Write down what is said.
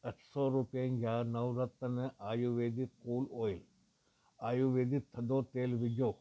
अठि सौ रुपियनि जा नवरत्न आयुर्वेदिक कूल ऑइल आयुर्वेदिक थधो तेलु विझो